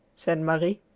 said marie.